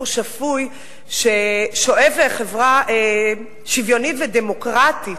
שפוי ששואף לחברה שוויונית ודמוקרטית.